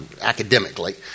academically